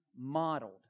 modeled